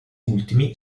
ultimi